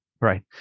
Right